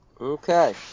Okay